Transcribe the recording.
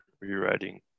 rewriting